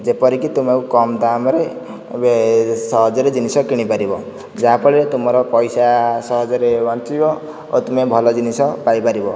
ଯେପରି କି ତୁମେ କମ ଦାମ୍ରେ ସହଜରେ ଜିନିଷ କିଣିପାରିବ ଯାହାଫଳରେ ତୁମର ପଇସା ସହଜରେ ବଞ୍ଚିବ ଓ ତୁମେ ଭଲ ଜିନିଷ ପାଇପାରିବ